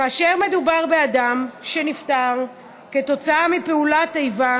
כאשר מדובר באדם שנפטר כתוצאה מפעולת איבה,